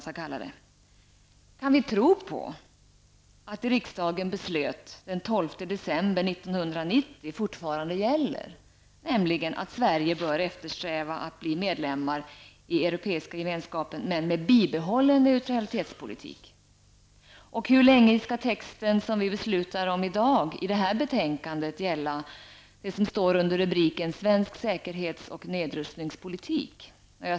Kan vi tro på att det riksdagen beslöt den 12 Sverige bör eftersträva att bli medlem i Europeiska gemenskapen med bibehållen neutralitetspolitik? Hur länge skall den text vi beslutar om i dag i detta betänkande under rubriken ''Svensk säkerhets och nedrustningspolitik'' gälla?